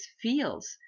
feels